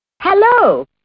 Hello